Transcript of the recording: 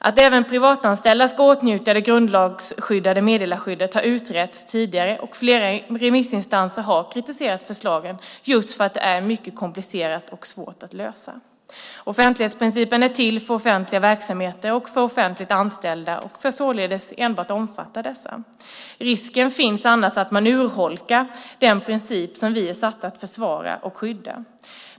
Att även privatanställda ska åtnjuta det grundlagsskyddade meddelarskyddet har utretts tidigare, och flera remissinstanser har kritiserat förslagen just för att detta är mycket komplicerat och svårt att lösa. Offentlighetsprincipen är till för offentliga verksamheter och för offentligt anställda och ska således enbart omfatta dessa. Risken finns annars att man urholkar den princip vi är satta att försvara och skydda.